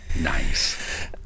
nice